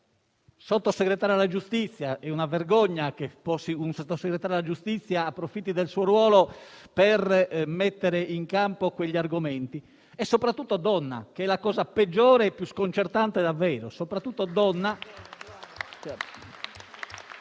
sottosegretario alla giustizia. È una vergogna che un Sottosegretario alla giustizia approfitti del suo ruolo per mettere in campo quegli argomenti, soprattutto donna, che è la cosa peggiore e davvero più sconcertante: soprattutto donna!